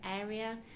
area